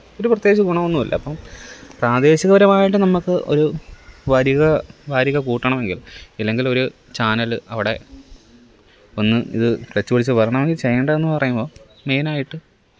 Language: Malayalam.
ഒരു പ്രത്യേകിച്ച് ഗുണമൊന്നുമില്ല അപ്പം പ്രാദേശികപരമായിട്ട് നമുക്ക് ഒരു വരിക വാരിക കൂട്ടണമെങ്കില് ഇല്ലെങ്കിലൊരു ചാനല് അവിടെ ഒന്ന് ഇത് ക്ലച്ച് പിടിച്ച് വരണമെങ്കില് ചെയ്യേണ്ടതെന്ന് പറയുമ്പം മെയിനായിട്ട്